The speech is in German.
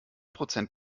prozent